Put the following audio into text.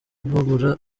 babura